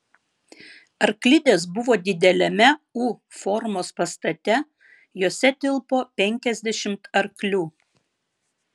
arklidės buvo dideliame u formos pastate jose tilpo penkiasdešimt arklių